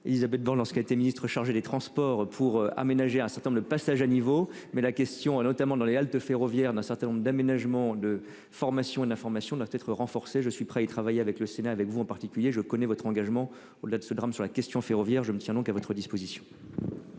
Élisabeth Borne lorsqu'il était ministre chargé des Transports pour aménager un certain nombre de passages à niveau. Mais la question a notamment dans les haltes ferroviaires d'un certain nombre d'aménagements de formation et d'information doivent être renforcées. Je suis prêt il travaillait avec le Sénat, avec vous en particulier, je connais votre engagement au-delà de ce drame sur la question ferroviaire je me tiens donc à votre disposition.